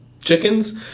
chickens